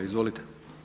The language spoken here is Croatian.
Izvolite.